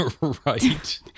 Right